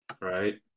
Right